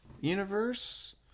universe